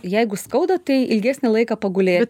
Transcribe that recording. jeigu skauda tai ilgesnį laiką pagulėti